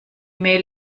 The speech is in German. mail